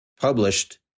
published